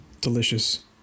Delicious